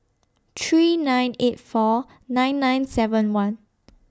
three nine eight four nine nine seven one